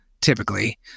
typically